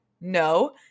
No